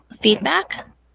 feedback